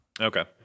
Okay